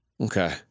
Okay